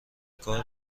کار